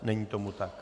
Není tomu tak.